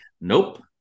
Nope